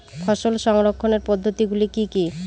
ফসল সংরক্ষণের পদ্ধতিগুলি কি কি?